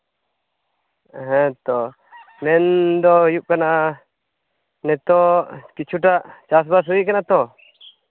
ᱦᱮᱸᱛᱚ ᱢᱮᱱᱫᱚ ᱦᱩᱭᱩᱜ ᱠᱟᱱᱟ ᱱᱤᱛᱳᱜ ᱠᱤᱪᱷᱩᱴᱟ ᱪᱟᱥᱵᱟᱥ ᱦᱩᱭ ᱠᱟᱱᱟ ᱛᱚ